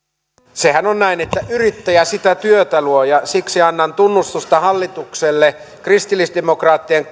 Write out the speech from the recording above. sehän on näin että yrittäjä sitä työtä luo ja siksi annan tunnustusta hallitukselle kristillisdemokraattien